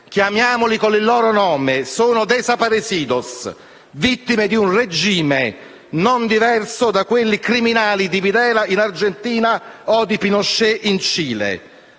Chiamiamoli con il loro nome: sono *desaparecido*, vittime di un regime non diverso da quelli criminali di Videla in Argentina o di Pinochet in Cile.